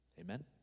Amen